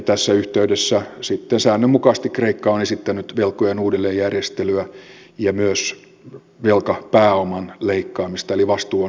tässä yhteydessä sitten säännönmukaisesti kreikka on esittänyt velkojen uudelleenjärjestelyä ja myös velkapääoman leikkaamista eli vastuu on jäljellä